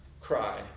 cry